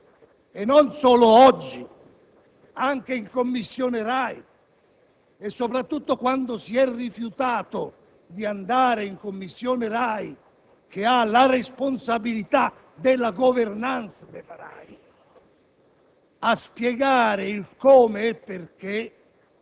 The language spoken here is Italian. è come lei ha affrontato il caso RAI e non solo oggi, anche in Commissione di vigilanza RAI, soprattutto quando si è rifiutato di andare in Commissione di vigilanza RAI che ha la responsabilità della *governance* della RAI